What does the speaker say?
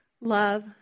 Love